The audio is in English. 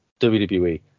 wwe